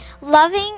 Loving